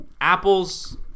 apples